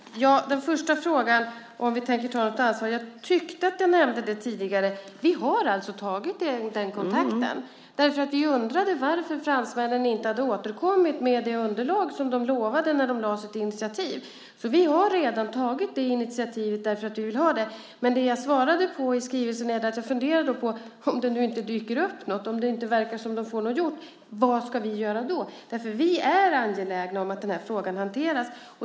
Herr talman! När det gäller den första frågan, om vi tänker ta något initiativ, tyckte jag att jag nämnde att vi redan har tagit den kontakten. Vi undrade varför fransmännen inte hade återkommit med det underlag som de lovade när de lade fram sitt initiativ. Vi har alltså redan tagit det initiativet därför att vi vill ha detta underlag. Det jag tog upp i svaret var att jag funderade på vad vi ska göra om det nu inte dyker upp något, om de inte verkar få något gjort. Vi är angelägna om att den här frågan hanteras.